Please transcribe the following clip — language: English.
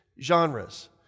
genres